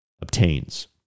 obtains